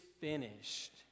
finished